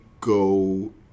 go